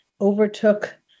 overtook